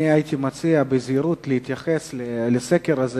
אני הייתי מציע בזהירות להתייחס לסקר הזה